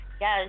yes